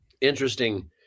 interesting